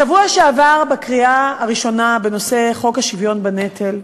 בשבוע שעבר, בקריאה הראשונה בחוק השוויון בנטל,